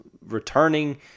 returning